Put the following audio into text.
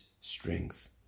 strength